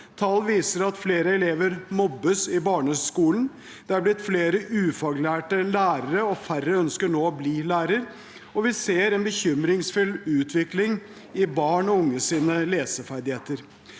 Tall viser at flere elever mobbes i barneskolen. Det har blitt flere ufaglærte lærere, færre ønsker nå å bli lærer, og vi ser en bekymringsfull utvikling i barn og unges leseferdigheter.